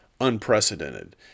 unprecedented